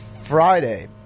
friday